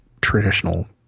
traditional